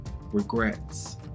regrets